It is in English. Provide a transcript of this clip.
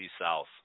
South